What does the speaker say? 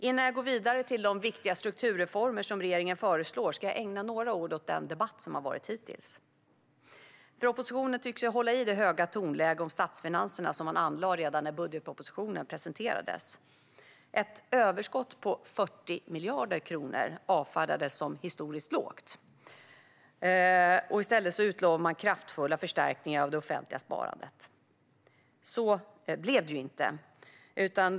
Innan jag går vidare till de viktiga strukturreformer som regeringen föreslår ska jag ägna några ord åt den debatt som har förts hittills. Oppositionen tycks ju hålla fast vid det höga tonläge när det gäller statsfinanserna som man anlade redan när budgetpropositionen presenterades. Ett överskott på 40 miljarder kronor avfärdades som historiskt lågt, och i stället utlovade man kraftfulla förstärkningar av det offentliga sparandet. Så blev det inte.